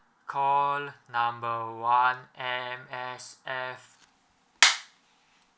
call number one M_S_F